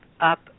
up